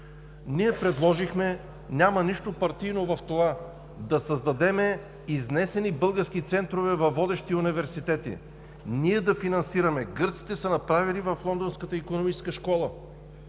Ние предложихме, няма нищо партийно в това, да създадем изнесени български центрове във водещи университети, които да финансираме. Гърците са направили в Лондонската икономическа школа